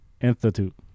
Institute